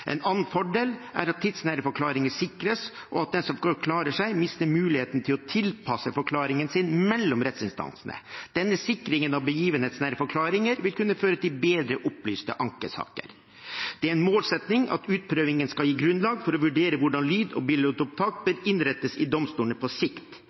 En annen fordel er at tidsnære forklaringer sikres, og at den som forklarer seg, mister muligheten til å tilpasse forklaringen sin mellom rettsinstansene. Denne sikringen av begivenhetsnære forklaringer vil kunne føre til bedre opplyste ankesaker. Det er en målsetting at utprøvingen skal gi grunnlag for å vurdere hvordan lyd- og